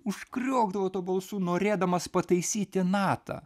užkriokdavo tuo balsu norėdamas pataisyti natą